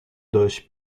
داشت